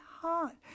heart